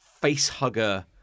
face-hugger